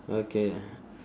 okay